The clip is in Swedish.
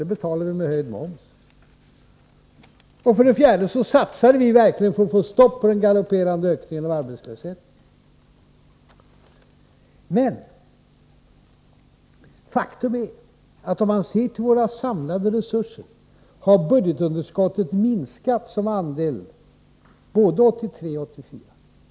Det betalade vi med en höjning av momsen. För det fjärde satsade vi verkligen för att få stopp på den galopperande ökningen av arbetslösheten. Faktum är, att om vi ser till våra samlade resurser, finner vi att budgetunderskottet minskat som andel både 1983 och 1984.